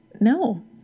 No